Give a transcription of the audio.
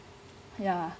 ya